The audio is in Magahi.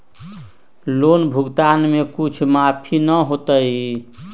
लोन भुगतान में कुछ माफी न होतई?